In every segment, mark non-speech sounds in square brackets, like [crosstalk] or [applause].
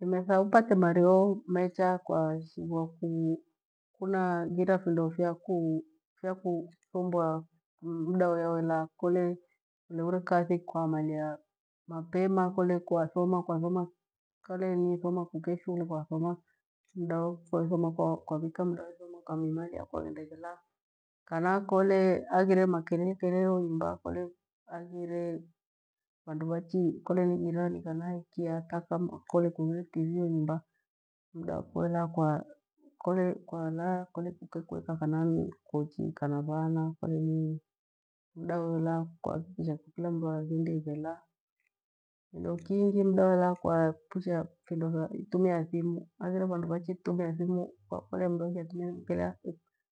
Uneza upate mavio mecha kwashigwa kunaghira vindo vyaku [hesitation] vyakusumbua mda uya welaa kole kuure kathi kwamalia mapema kole kwa thoma, kwathoma kale ni soma kuika shule, kwathoma kwaika, unda methoma ukamimalia kwaghenda igholaa kana kole haghire makelele inonyumba kole haghire [hesitation] vandu vachi kole ni jirani kanai hata kama kole kughire tivii iho nyumba mda kole nakwa muda kole kwa laa kole kuke kwake kweka kana kuaikaa na vana kole ni mda uyawe laa kuahakikisha kila mruaghendie ilaa, kindo kingi mda welaa kwaepusha findo tha itumia thimu haghire vandu vachitumia thimu kwakolea mru akyatumia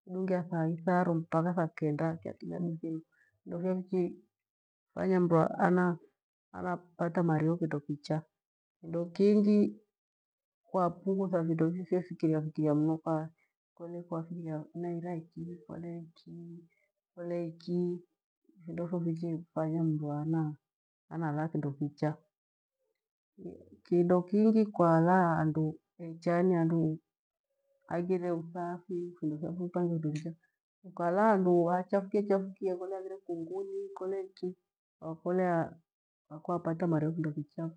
idungya thaaitharu mpaka thakenda akyatumia du thimu findofiya fichafanya mru anapatamario kindo kicha kindo kingi kwapungu thaindofi fyefikiririafikiria mnu kole kwafikilia naira, iki kole iki, kole iki vindo fyofichafanya mru analaa kindokicha kindokingi kwalaa handu ni hecha. Handu haghire uthafi yani handu kindo fyafo kupangie kindo kicha, ukalaa handu hachafuki echafukie kole haghire kunguri kole ika kwakolea kwapata mariokindo kichafo.